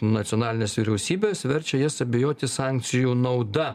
nacionalines vyriausybes verčia jas abejoti sankcijų nauda